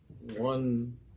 one